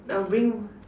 I will bring